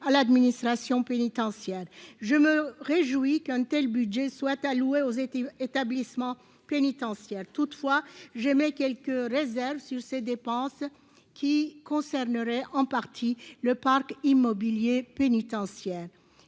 à l'administration pénitentiaire, je me réjouis qu'un tel budget soient alloués aux établissements pénitentiaires, toutefois j'émets quelques réserves sur ces dépenses qui concernerait en partie le parc immobilier pénitentiaire,